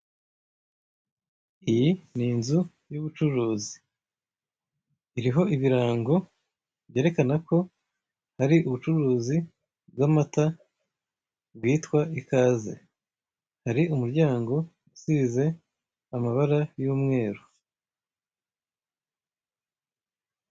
Iyi ni inzu y'ubucuruzi, iriho ibirango byerekana ko ari ubucuruzi bw'amata bwitwa ikaze. Hari umuryango usize amabara y'umweru.